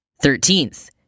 Thirteenth